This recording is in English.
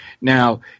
Now